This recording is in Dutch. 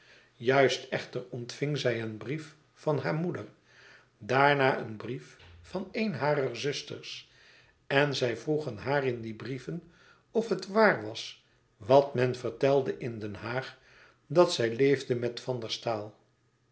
juist echter ontving zij een brief van hare moeder daarna een brief van eene harer zusters en zij vroegen haar in die brieven of het waar was wat men vertelde in den haag dat zij leefde met van der staal